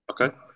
Okay